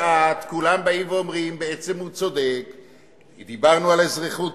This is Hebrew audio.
לאט-לאט, אולי תגיד מה ליברמן חושב על ראש הממשלה?